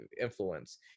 influence